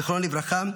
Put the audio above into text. זכרו לברכה,